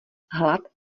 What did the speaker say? hlad